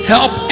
Help